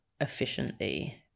efficiently